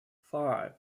five